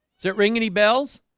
cert ringing any bells